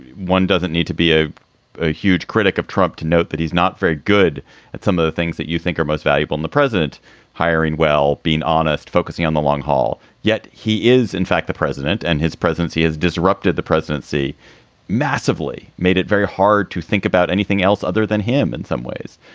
one doesn't need to be a ah huge critic of trump to note that he's not very good at some of the things that you think are most valuable and the president hiring well, being honest, focusing on the long haul. yet he is, in fact, the president and his presidency has disrupted the presidency massively, made it very hard to think about anything else other than him in some ways.